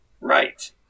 Right